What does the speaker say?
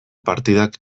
partidak